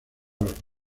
los